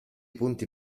punti